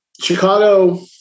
chicago